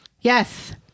Yes